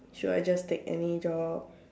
should I just take any job